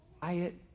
quiet